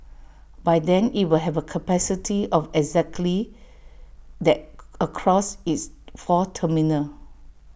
by then IT will have A capacity of exactly that across its four terminals